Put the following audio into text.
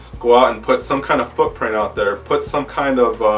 go out and put some kind of footprint out there. put some kind of